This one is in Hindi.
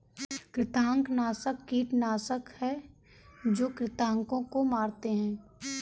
कृंतकनाशक कीटनाशक हैं जो कृन्तकों को मारते हैं